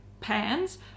pans